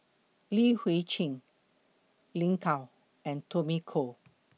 Li Hui Cheng Lin Gao and Tommy Koh